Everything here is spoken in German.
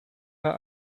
war